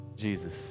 Jesus